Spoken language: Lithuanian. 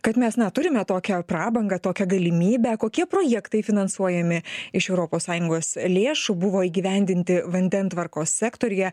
kad mes na turime tokią prabangą tokią galimybę kokie projektai finansuojami iš europos sąjungos lėšų buvo įgyvendinti vandentvarkos sektoriuje